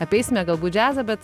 apeisime galbūt džiazą bet